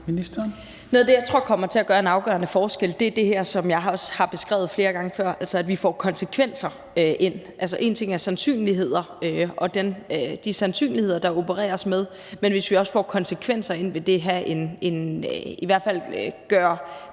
Noget af det, jeg tror kommer til at gøre en afgørende forskel, er det her, som jeg også har beskrevet flere gange før, nemlig at vi får konsekvenser ind. Altså, en ting er de sandsynligheder, der opereres med, men hvis vi også får konsekvenser ind, vil det i hvert fald gøre